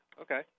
Okay